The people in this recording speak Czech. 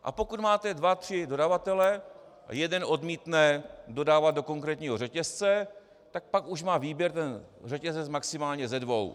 A pokud máte dva tři dodavatele, jeden odmítne dodávat do konkrétního řetězce, tak pak už má výběr ten řetězec maximálně ze dvou.